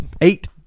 Eight